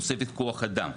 תוספת כוח אדם.